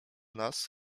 nas